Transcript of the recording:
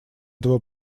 этого